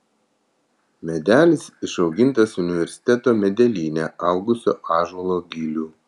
medelis išaugintas universiteto medelyne augusio ąžuolo gilių